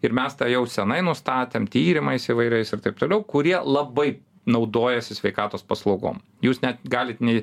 ir mes tą jau senai nustatėm tyrimais įvairiais ir taip toliau kurie labai naudojasi sveikatos paslaugom jūs net galit nei